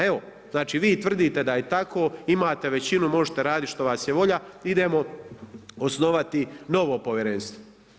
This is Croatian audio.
Evo, znači tvrdite da je tako, imate većinu, možete raditi što vas je volja, idemo osnovati novo povjerenstvo.